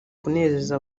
kunezeza